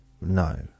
no